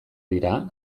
dira